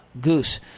Goose